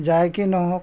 যায় কি নহওক